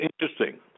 interesting